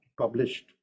published